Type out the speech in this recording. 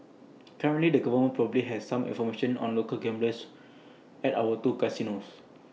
currently the government probably has some information on local gamblers at our two casinos